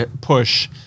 push